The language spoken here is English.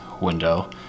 window